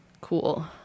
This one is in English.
Cool